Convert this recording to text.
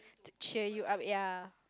to cheer you up ya